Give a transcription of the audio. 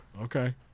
Okay